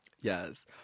Yes